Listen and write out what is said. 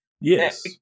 Yes